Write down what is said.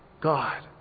God